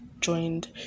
joined